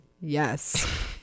Yes